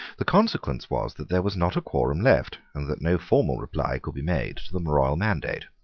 the consequence was that there was not a quorum left, and that no formal reply could be made to the royal mandate.